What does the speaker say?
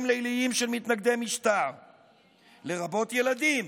ליליים של מתנגדי משטר לרבות ילדים,